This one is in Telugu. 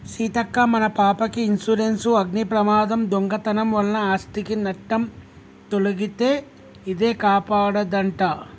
సీతక్క మన పాపకి ఇన్సురెన్సు అగ్ని ప్రమాదం, దొంగతనం వలన ఆస్ధికి నట్టం తొలగితే ఇదే కాపాడదంట